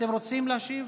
אתם רוצים להשיב?